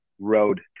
road